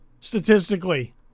statistically